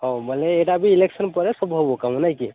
ହଉ ମାନେ ଏଇଟା ବି ଇଲେକ୍ସନ ପରେ ସବୁ ହେବ କାମ ନାଇଁ କି